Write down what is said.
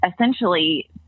essentially